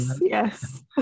Yes